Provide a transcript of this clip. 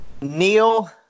Neil